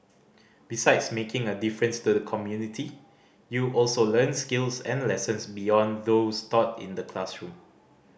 besides making a difference to the community you also learn skills and lessons beyond those taught in the classroom